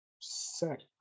sex